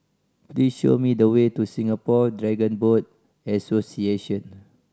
please show me the way to Singapore Dragon Boat Association